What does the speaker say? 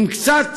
עם קצת